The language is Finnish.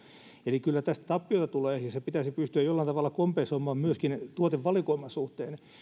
eli kyllä tästä tappiota tulee ja se pitäisi pystyä jollain tavalla kompensoimaan myöskin tuotevalikoiman suhteen